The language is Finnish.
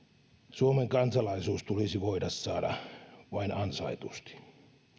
suomen kansalaisuus tulisi voida saada vain ansaitusti